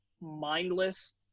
mindless